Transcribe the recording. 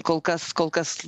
kol kas kol kas